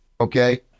Okay